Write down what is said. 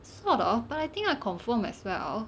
sort of but I think I conform as well